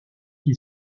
qui